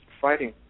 fighting